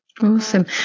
Awesome